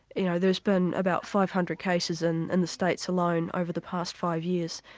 you know, there's been about five hundred cases in and the states alone over the past five years,